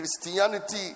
Christianity